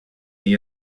nii